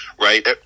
right